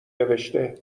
نوشته